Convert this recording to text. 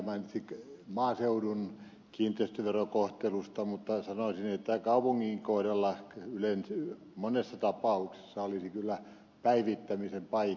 hemmilä mainitsi maaseudun kiinteistöverokohtelusta mutta sanoisin että kaupunginkin kohdalla monessa tapauksessa olisi kyllä päivittämisen paikka